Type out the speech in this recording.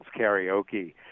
karaoke